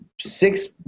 six